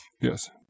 Yes